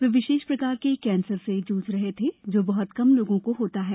वे विशेष प्रकार के कैंसर से ज्झ रहे थे जो बह्त कम लोगों को होता है